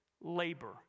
labor